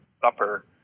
Supper